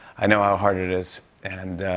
i know how hard it is and